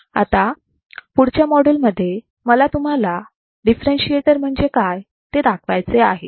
आता पुढच्या मॉड्यूल मध्ये मला तुम्हाला डिफरेंशीएटर म्हणजे काय ते दाखवायचे आहे